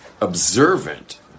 observant